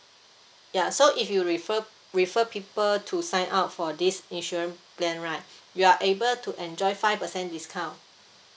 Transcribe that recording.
ya so if you refer refer people to sign up for this insurance plan right you are able to enjoy five percent discount